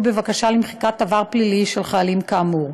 בבקשה למחיקת עבר פלילי של חיילים כאמור,